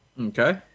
Okay